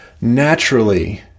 naturally